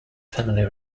family